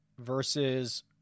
versus